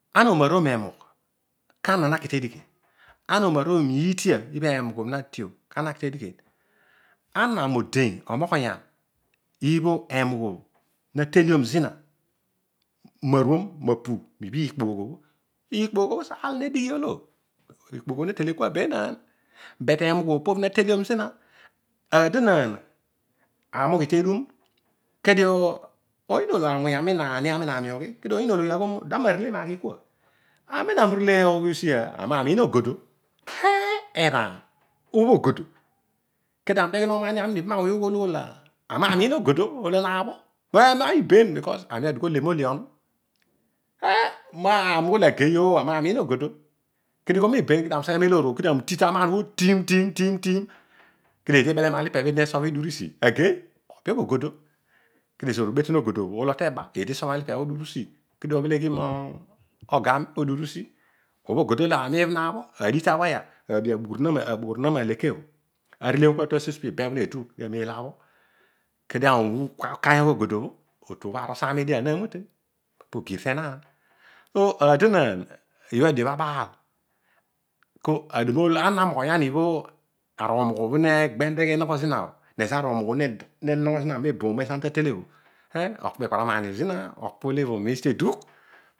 Ana omar non me mugh kana na ki tedighe? Ana onaruomio uniitia obho emugho na tiobho kana ki tedighen? Ana mo dein omoghoyan ibha emugh o na telliom zina. maruom apu mibha iikpoogh o. iikpoogh o netele kua benaan. but emugh o pobho nateliom zina. Aadonaan ami ughi kedum. awuny ami na ani- ami naami ughi kedio oyiin ologhi na kol da ma nele maghi kua. amem ami urele ughi usi ami na miin ogodo. oh enaan. obho ogodo. kedio ami udeghe mogho ma ani- ami na wuny ami ughol ami naamiin ogodo. Eedi ghol iben. because aami ezo ole mole onu kedio ami useghe meloor o kami uti taman obho tim! Tim!! Tim!!! Kedio eedi ibele mipe bho eedi nesobho iru isi. agey kedio ezoor ubeton ogodo bho ulogh teba eedi iso me pebho isi kedio abheghi mo ogo ami. ughi usi. obho ogodo lo ami umiin bho naabho. adigh ta usire abe aboghorona ma aleke bho arele asi te sio po bho ibebho nedugh pa amel abho. kedio ami uru ukaayogh ogodo bho aar lo osaam edian naa mute. po ogir tenaan. Aadon aan. bha adiobho abaal. po ana moghoyan ibho arumugh neghe ne nogho zina bho mezo ana ta tele. okpo ikparanaanio zina. okpo ole miin ezo tedugh